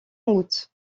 août